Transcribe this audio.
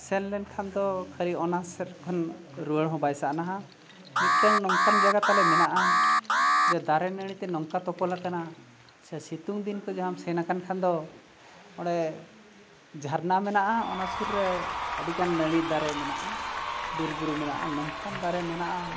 ᱥᱮᱱ ᱞᱮᱱᱠᱷᱟᱱ ᱫᱚ ᱠᱷᱟᱹᱞᱤ ᱚᱱᱟ ᱥᱮᱫ ᱠᱷᱚᱱ ᱨᱩᱣᱟᱹᱲ ᱦᱚᱸ ᱵᱟᱭ ᱥᱟᱱᱟᱣᱟ ᱢᱤᱫᱴᱟᱝ ᱱᱚᱝᱠᱟᱱ ᱡᱟᱭᱜᱟ ᱛᱟᱞᱮ ᱢᱮᱱᱟᱜᱼᱟ ᱡᱮ ᱫᱟᱨᱮ ᱱᱟᱹᱲᱤᱛᱮ ᱱᱚᱝᱠᱟ ᱛᱚᱯᱚᱞ ᱟᱠᱟᱱᱟ ᱥᱮ ᱥᱤᱛᱩᱝ ᱫᱤᱱ ᱠᱚ ᱡᱟᱦᱟᱸᱢ ᱥᱮᱱ ᱟᱠᱟᱱ ᱠᱷᱟᱱ ᱫᱚ ᱚᱸᱰᱮ ᱡᱷᱟᱨᱱᱟ ᱢᱮᱱᱟᱜᱼᱟ ᱚᱱᱟ ᱥᱩᱨ ᱨᱮ ᱟᱹᱰᱤᱜᱟᱱ ᱱᱟᱹᱲᱤ ᱫᱟᱨᱮ ᱢᱮᱱᱟᱜᱼᱟ ᱵᱤᱨ ᱵᱩᱨᱩ ᱢᱮᱱᱟᱜᱼᱟ ᱱᱚᱝᱠᱟᱱ ᱫᱟᱨᱮ ᱢᱮᱱᱟᱜᱼᱟ